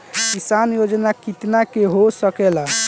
किसान योजना कितना के हो सकेला?